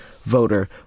voter